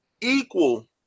equal